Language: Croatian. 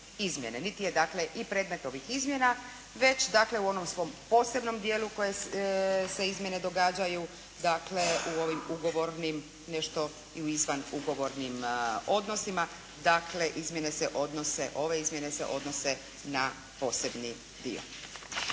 dakle i predmet ovih izmjene, već dakle, u onom svom posebnom dijelu koje se izmjene događaju, dakle, u ovim ugovornim, nešto i u izvanugovornim odnosima, dakle, izmjene se odnose, ove